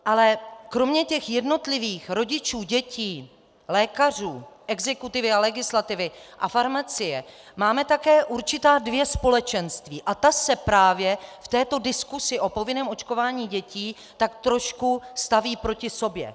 Ale kromě jednotlivých rodičů dětí, lékařů, exekutivy a legislativy a farmacie máme také určitá dvě společenství a ta se právě v této diskusi o povinném očkování dětí tak trošku staví proti sobě.